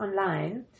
online